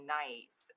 nice